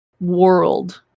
world